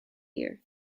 year